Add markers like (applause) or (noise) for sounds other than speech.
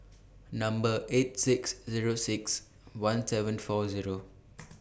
Number eight six Zero six one seven four Zero (noise)